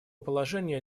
положения